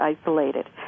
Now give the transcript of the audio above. isolated